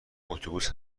اتوبوس